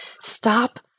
stop